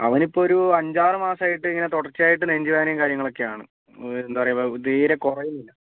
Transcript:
അവനിപ്പോൾ ഒരു അഞ്ചാറ് മാസമായിട്ട് ഇങ്ങനെ തുടർച്ചയായിട്ട് നെഞ്ച് വേദനയും കാര്യങ്ങളൊക്കെ ആണ് എന്താണ് പറയുക തീരെ കുറയുന്നില്ല